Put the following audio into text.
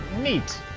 Neat